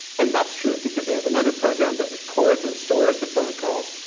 and that's true, because they have another program that records and stores the phone calls.